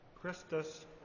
Christus